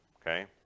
okay